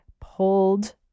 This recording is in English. pulled